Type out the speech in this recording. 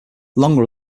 longer